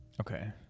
okay